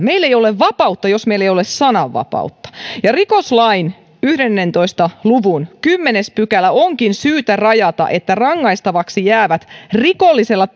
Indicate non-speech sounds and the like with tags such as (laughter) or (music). meillä ei ole vapautta jos meillä ei ole sananvapautta ja rikoslain yhdentoista luvun kymmenes pykälä onkin syytä rajata niin että rangaistavaksi jäävät rikollisella (unintelligible)